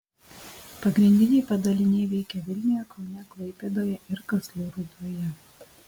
pagrindiniai padaliniai veikia vilniuje kaune klaipėdoje ir kazlų rūdoje